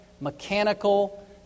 mechanical